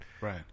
right